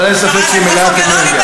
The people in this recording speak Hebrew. אבל אין ספק שהיא מלאת אנרגיה.